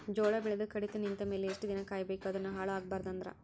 ಜೋಳ ಬೆಳೆದು ಕಡಿತ ನಿಂತ ಮೇಲೆ ಎಷ್ಟು ದಿನ ಕಾಯಿ ಬೇಕು ಅದನ್ನು ಹಾಳು ಆಗಬಾರದು ಅಂದ್ರ?